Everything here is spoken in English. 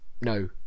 No